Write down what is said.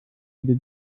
wieder